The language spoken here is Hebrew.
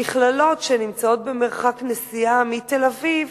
מכללות שנמצאות במרחק שעת נסיעה מתל-אביב